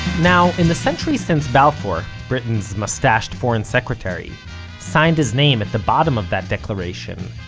now, in the century since balfour britain's mustached foreign secretary signed his name at the bottom of that declaration,